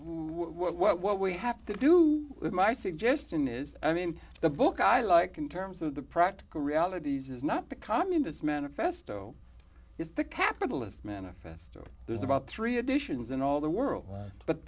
work what we have to do with my suggestion is i mean the book i like in terms of the practical realities is not the communist manifesto is the capitalist manifesto there's about three editions and all the world but